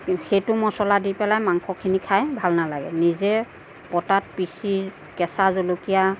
সেইটো মচলা দি পেলাই মাংসখিনি খাই ভাল নালাগে নিজে পতাত পিচি কেঁচা জলকীয়া